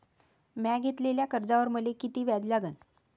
म्या घेतलेल्या कर्जावर मले किती व्याज लागन?